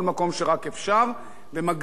ומגדילה את התלות